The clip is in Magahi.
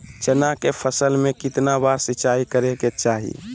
चना के फसल में कितना बार सिंचाई करें के चाहि?